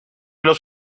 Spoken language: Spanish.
los